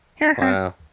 Wow